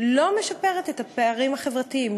אינה משפרת את הפערים החברתיים,